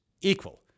equal